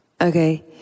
okay